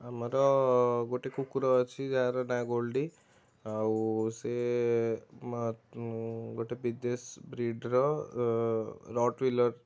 ଆମର ଗୋଟେ କୁକୁର ଅଛି ଯାହାର ନାଁ ଗୋଲ୍ଦୀ ଆଉ ସେ ଗୋଟେ ବିଦେଶ ବ୍ରିଡ଼ର ରଟ୍ ୱିଲର୍